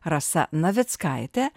rasa navickaitė